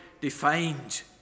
defined